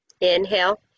Inhale